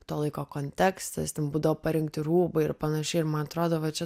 to laiko kontekstas ten būdavo parinkti rūbai ir panašiai ir man atrodo va čia